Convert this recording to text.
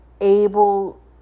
able